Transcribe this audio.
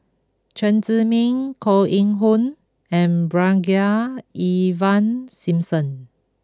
Chen Zhiming Koh Eng Hoon and Brigadier Ivan Simson